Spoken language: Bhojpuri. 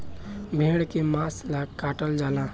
भेड़ के मांस ला काटल जाला